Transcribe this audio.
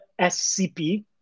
SCP